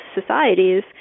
societies